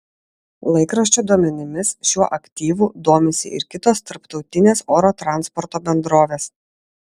laikraščio duomenimis šiuo aktyvu domisi ir kitos tarptautinės oro transporto bendrovės